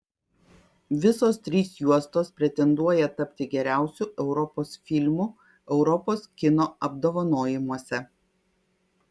visos trys juostos pretenduoja tapti geriausiu europos filmu europos kino apdovanojimuose